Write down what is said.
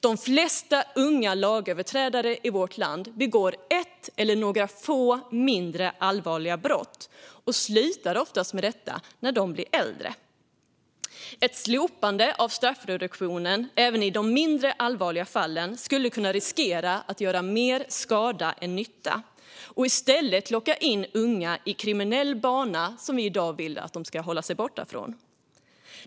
De flesta unga lagöverträdare i vårt land begår ett eller några få mindre allvarliga brott och slutar oftast med detta när de blir äldre. Ett slopande av straffreduktionen även i de mindre allvarliga fallen skulle riskera att göra mer skada än nytta och i stället locka in unga på den kriminella bana som vi vill att de ska hålla sig borta från.